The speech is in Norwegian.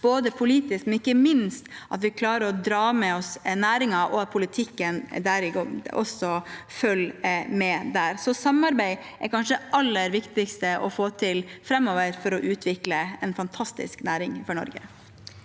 sammen politisk, og ikke minst at vi klarer å dra med oss næringen, der politikken følger med. Samarbeid er kanskje det aller viktigste å få til framover for å utvikle en fantastisk næring for Norge.